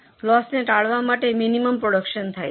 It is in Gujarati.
લોસ ને ટાળવા માટે મિનિમમ પ્રોડ્યૂકશન થાય છે